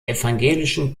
evangelischen